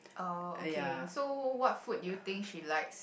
oh okay so what food do you think she likes